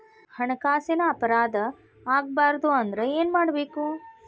ಹಣ್ಕಾಸಿನ್ ಅಪರಾಧಾ ಆಗ್ಬಾರ್ದು ಅಂದ್ರ ಏನ್ ಮಾಡ್ಬಕು?